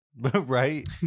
right